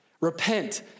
Repent